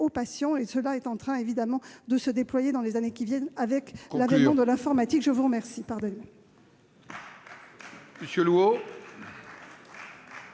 je vous remercie